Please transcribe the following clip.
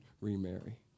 remarry